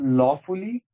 lawfully